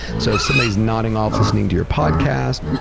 so if somebody is nodding off, listening to your podcast,